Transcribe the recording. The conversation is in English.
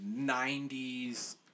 90s